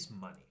money